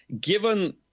Given